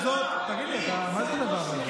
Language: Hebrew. תגיד לי, מה זה הדבר הזה?